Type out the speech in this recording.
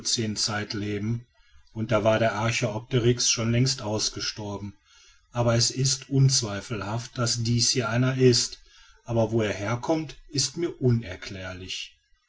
miocänzeit leben und da war der archäopteryx schon längst ausgestorben aber es ist unzweifelhaft daß dies hier einer ist aber wo er herkommt ist mir unerklärlich